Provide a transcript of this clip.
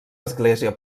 església